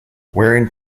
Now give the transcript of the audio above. wearing